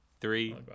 three